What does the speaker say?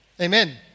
Amen